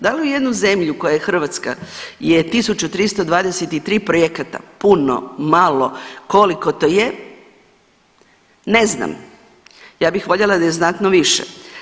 Da li u jednu zemlju koja je Hrvatska je 1323 projekata puno, malo, koliko to je, ne znam, ja bih voljela da je znatno više.